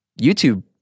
YouTube